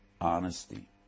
honesty